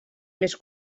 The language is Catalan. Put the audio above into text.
més